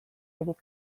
tegid